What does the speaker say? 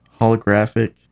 holographic